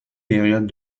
période